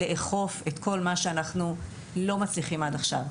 לאכוף את כל מה שאנחנו לא מצליחים לאכוף עד עכשיו.